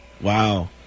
Wow